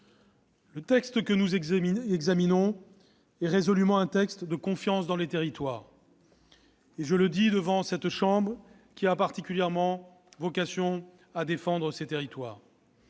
Le texte que nous examinons est résolument un texte de confiance dans les territoires ; je le dis devant cette chambre qui a particulièrement vocation à défendre ses territoires